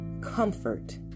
Comfort